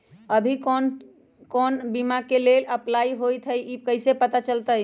अभी कौन कौन बीमा के लेल अपलाइ होईत हई ई कईसे पता चलतई?